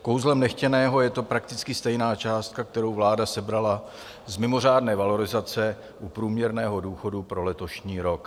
Kouzlem nechtěného je to prakticky stejná částka, kterou vláda sebrala z mimořádné valorizace u průměrného důchodu pro letošní rok.